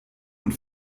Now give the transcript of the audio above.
und